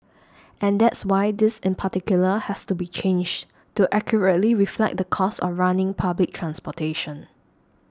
and that's why this in particular has to be changed to accurately reflect the cost of running public transportation